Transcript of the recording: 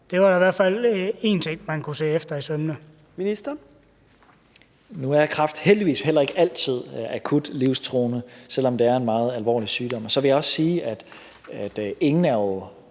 Udlændinge- og integrationsministeren (Mattias Tesfaye): Nu er kræft heldigvis heller ikke altid akut livstruende, selv om det er en meget alvorlig sygdom. Så vil jeg også sige, at ingen jo